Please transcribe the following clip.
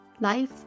Life